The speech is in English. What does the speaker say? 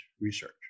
research